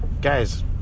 Guys